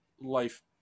life